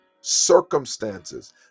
circumstances